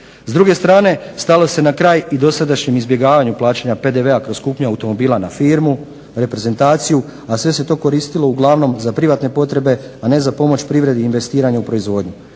S druge strane stalo se na kraj i dosadašnjem izbjegavanju plaćanja PDV-a kroz kupnju automobila na firmu, reprezentaciju, a sve se to koristilo uglavnom za privatne potrebe, a ne za pomoć privredi i investiranju u proizvodnju.